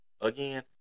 Again